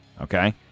Okay